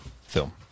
film